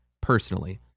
personally